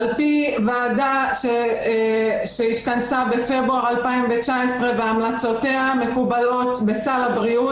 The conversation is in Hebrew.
על פי ועדה שהתכנסה בפברואר 2019 והמלצותיה מקובלות בסל הבריאות,